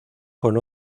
con